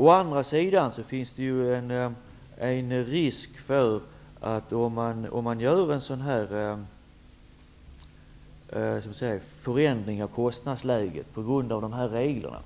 Å andra sidan finns det en risk för att om man gör en sådan förändring av kostnadsläget på grund av de här reglerna,